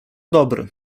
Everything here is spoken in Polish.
dobry